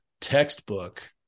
textbook